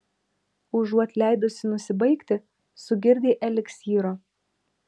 užuot leidusi nusibaigti sugirdei eliksyro